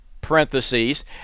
parentheses